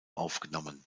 aufgenommen